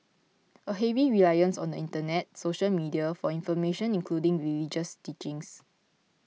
a heavy reliance on the internet social media for information including religious teachings